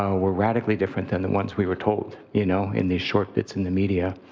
ah were radically different than the ones we were told you know in these short bits in the media.